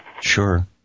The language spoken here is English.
Sure